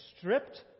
stripped